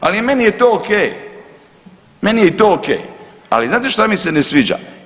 Ali meni je i to o.k. Meni je i to o.k. Ali znate šta mi se ne sviđa?